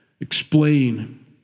explain